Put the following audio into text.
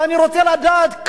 ואני רוצה לדעת,